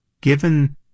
given